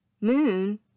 moon